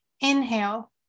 inhale